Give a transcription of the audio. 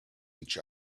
each